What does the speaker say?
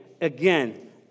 again